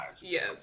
Yes